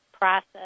process